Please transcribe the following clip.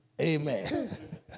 Amen